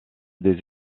des